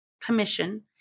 commission